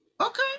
Okay